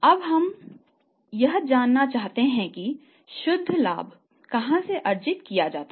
अब हम यह जानना चाहते हैं कि शुद्ध लाभ कहाँ से अर्जित किया गया है